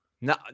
No